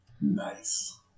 Nice